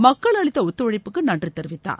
மக்கள் அளித்த ஒத்துழைப்புக்கு நன்றி தெரிவித்தார்